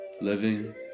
living